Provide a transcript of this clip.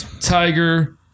Tiger